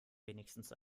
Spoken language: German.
wenigstens